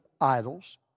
idols